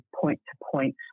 point-to-point